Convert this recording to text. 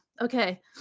okay